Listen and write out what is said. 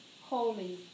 Holy